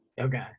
okay